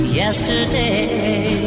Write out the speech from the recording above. yesterday